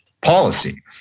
policy